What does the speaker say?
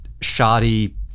shoddy